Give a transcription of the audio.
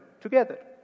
together